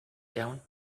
down